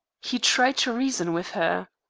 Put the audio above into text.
he tried to reason with her.